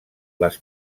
les